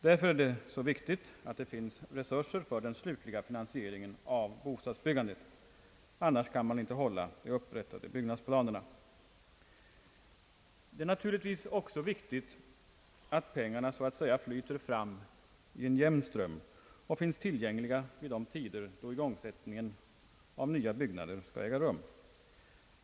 Därför är det så viktigt att det finns resurser för den slutliga finansieringen av bostadsbyggandet. Annars kan man inte hålla de upprättade byggnadsplanerna. Det är naturligtvis också viktigt att pengarna så att säga flyter fram i en jämn ström och finns tillgängliga vid de tider då igång sättningen av nya byggnader skall äga rum.